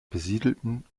besiedelten